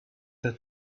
that